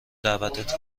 دعوتت